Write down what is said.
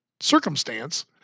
circumstance